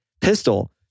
pistol